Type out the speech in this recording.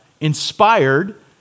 inspired